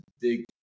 big